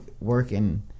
working